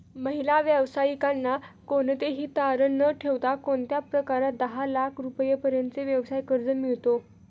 महिला व्यावसायिकांना कोणतेही तारण न ठेवता कोणत्या प्रकारात दहा लाख रुपयांपर्यंतचे व्यवसाय कर्ज मिळतो?